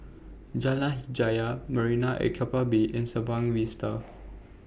Jalan Hajijah Marina At Keppel Bay and Sembawang Vista